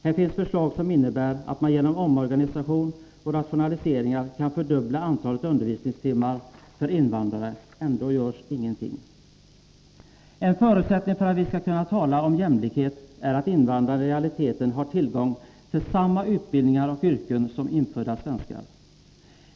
Här finns förslag som innebär att man genom omorganisation och rationaliseringar kan fördubbla antalet undervisningstimmar för invandrarna. Ändå görs ingenting. En förutsättning för att vi skall kunna tala om jämlikhet är att invandrarna i realiteten har tillgång till samma utbildningar och yrken som infödda svenskar.